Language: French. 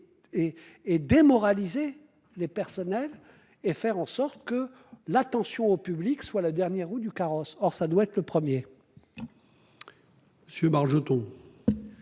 et démoraliser les personnels et faire en sorte que l'attention au public soit la dernière roue du carrosse. Or, ça doit être le premier.